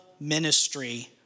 ministry